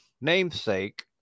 namesake